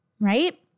right